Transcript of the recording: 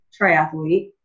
triathlete